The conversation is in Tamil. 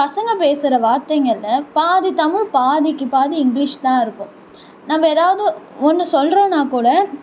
பசங்க பேசுகிற வார்த்தைங்களில் பாதி தமிழ் பாதிக்கு பாதி இங்க்லீஷ் தான் இருக்கும் நம்ம எதாவது ஒன்று சொல்கிறோன்னா கூட